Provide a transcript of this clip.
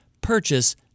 purchase